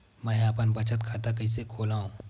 मेंहा अपन बचत खाता कइसे खोलव?